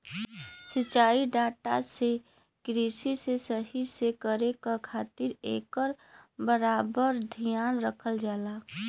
सिंचाई डाटा से कृषि के सही से करे क खातिर एकर बराबर धियान रखल जाला